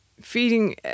feeding